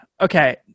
Okay